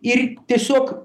ir tiesiog